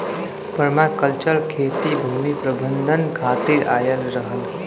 permaculture खेती भूमि प्रबंधन खातिर आयल रहल